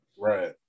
Right